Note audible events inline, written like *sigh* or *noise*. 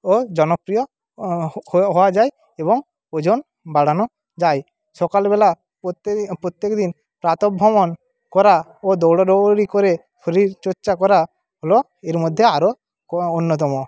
ও জনপ্রিয় হওয়া যায় এবং ওজন বাড়ানো যায় সকালবেলা প্রত্যেকদি প্রত্যেকদিন প্রাতঃভ্রমণ করা ও দৌড়োদৌড়ি করে শরীর চর্চা করা হল এর মধ্যে আরও *unintelligible* অন্যতম